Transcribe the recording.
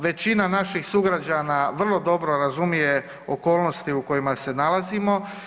Većina naših sugrađana vrlo dobro razumije okolnosti u kojima se nalazimo.